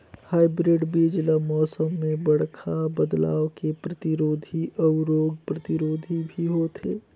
hybrid बीज ल मौसम में बड़खा बदलाव के प्रतिरोधी अऊ रोग प्रतिरोधी भी होथे